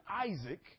Isaac